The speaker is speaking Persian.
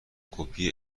کپی